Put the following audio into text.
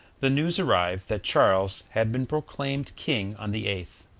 the news arrived that charles had been proclaimed king on the eighth,